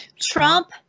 Trump